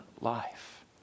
life